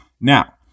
Now